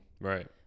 Right